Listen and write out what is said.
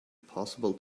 possible